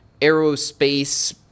aerospace